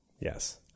Yes